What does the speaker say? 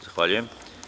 Zahvaljujem.